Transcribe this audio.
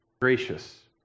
gracious